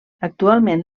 actualment